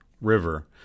river